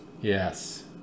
Yes